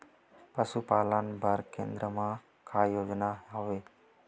पशुपालन बर केन्द्र म का योजना हवे?